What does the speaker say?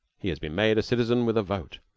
he has been made a citizen with a vote,